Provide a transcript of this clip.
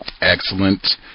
Excellent